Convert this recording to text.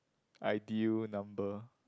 ideal number